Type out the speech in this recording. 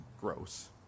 gross